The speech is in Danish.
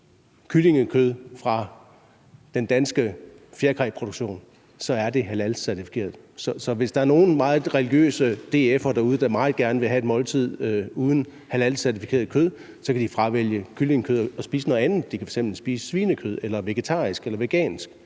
fra den danske fjerkræproduktion, så er det halalcertificeret. Så hvis der er nogle meget religiøse DF'ere derude, der meget gerne vil have et måltid uden halalcertificeret kød, så kan de fravælge kyllingekød og spise noget andet; de kan f.eks. spise svinekød, vegetarisk eller vegansk.